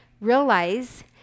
realize